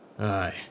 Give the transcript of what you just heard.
Aye